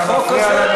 אתה לא שמעת,